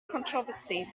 controversy